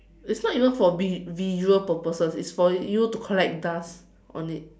it's not enough for vi~ visual purposes it's for you to collect dust on it